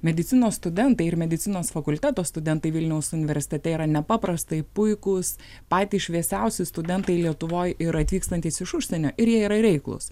medicinos studentai ir medicinos fakulteto studentai vilniaus universitete yra nepaprastai puikūs patys šviesiausi studentai lietuvoj ir atvykstantys iš užsienio ir jie yra reiklūs